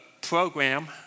program